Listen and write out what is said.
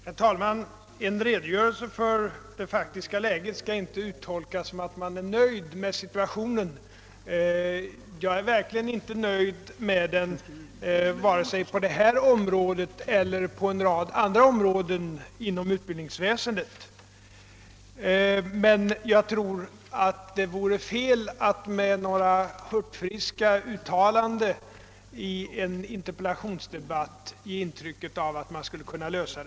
Herr talman! Min redogörelse för det faktiska läget skall inte tolkas som att jag är nöjd med situationen. Jag är verkligen inte nöjd med den vare sig på detta område eller på en rad andra områden inom utbildningsväsendet. Men jag tror det vore fel att med hurtfriska utttalanden i en interpellationsdebatt skapa intrycket att problemen lätt skulle kunna lösas.